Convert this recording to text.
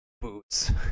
boots